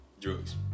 Drugs